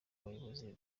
bayobozi